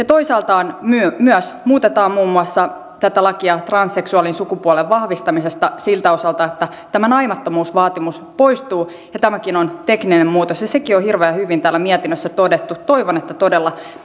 toisaalta myös myös muutetaan muun muassa tätä lakia transseksuaalin sukupuolen vahvistamisesta siltä osalta että tämä naimattomuusvaatimus poistuu ja tämäkin on tekninen muutos sekin on hirveän hyvin täällä mietinnössä todettu toivon että todella